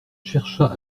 chercha